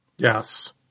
Yes